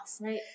right